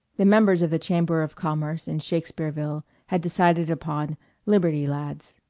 the members of the chamber of commerce in shakespeareville had decided upon liberty lads.